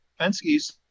Penske's